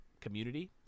community